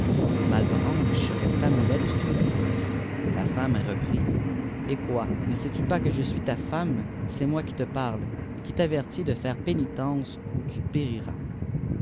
mallebranche resta mtiet de stupeur la femme reprit eh quoi ne sais-tu pas que je suis ta femme c'est moi ui te parle et i t avertis de fere pénitence ou u périras